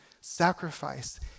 sacrifice